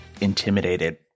intimidated